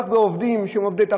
רק על עובדים שהם עובדי תחזוקה,